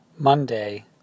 Monday